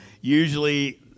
usually